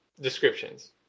descriptions